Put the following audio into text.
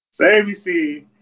ABC